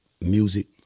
music